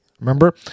Remember